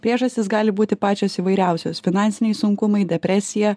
priežastys gali būti pačios įvairiausios finansiniai sunkumai depresija